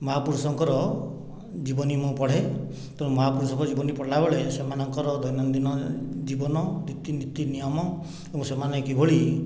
ମହାପୁରୁଷଙ୍କର ଜୀବନୀ ମୁଁ ପଢ଼େ ତ ମହାପୁରୁଷଙ୍କ ଜୀବନୀ ପଢ଼ିଲା ବେଳେ ସେମାନଙ୍କର ଦୈନନ୍ଦିନ ଜୀବନ ରିତିନୀତି ନିୟମ ଓ ସେମାନେ କିଭଳି